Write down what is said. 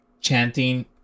chanting